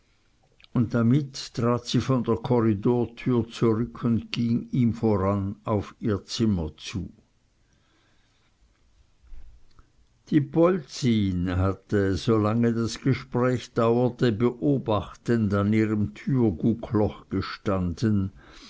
und damit trat sie von der korridortür zurück und ging ihm voran auf ihr zimmer zu die polzin hatte solange das gespräch dauerte beobachtend an ihrem türguckloch gestanden